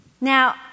Now